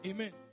Amen